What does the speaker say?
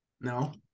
No